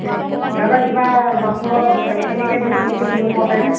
সিহঁতে কিবা নামবোৰ খেলিমেলিকৈ দিছে নেকি মোৰ মতে